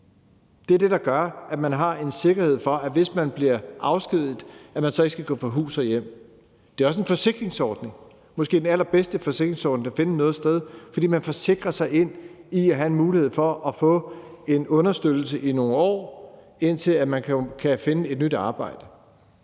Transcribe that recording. Det er det, der gør, at man har en sikkerhed for, at hvis man bliver afskediget, skal man ikke gå fra hus og hjem. Det er også en forsikringsordning, måske den allerbedste forsikringsordning, man kan finde noget sted, fordi man forsikrer sig ind i at have en mulighed for at få en understøttelse i nogle år, indtil man kan finde et nyt arbejde.